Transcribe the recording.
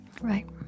Right